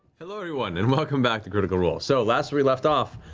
hello everyone and welcome back to critical role. so, last we left off,